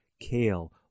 kale